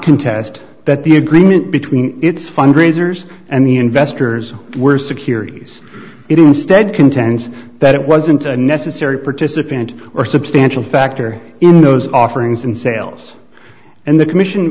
contest that the agreement between its fundraisers and the investors were securities it instead contends that it wasn't a necessary participant or substantial factor in those offerings and sales and the commission